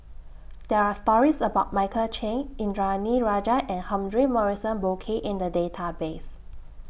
There Are stories about Michael Chiang Indranee Rajah and Humphrey Morrison Burkill in The Database